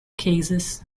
cases